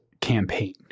campaign